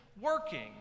working